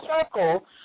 circle